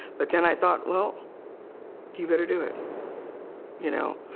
but then i thought well you better do it you know,